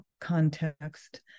context